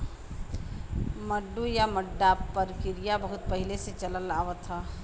मड्डू या मड्डा परकिरिया बहुत पहिले से चलल आवत ह